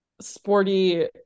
sporty